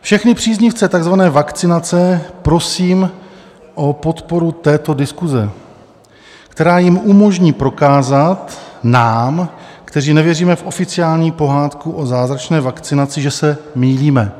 Všechny příznivce takzvané vakcinace prosím o podporu této diskuse, která jim umožní prokázat nám, kteří nevěříme v oficiální pohádku o zázračné vakcinaci, že se mýlíme,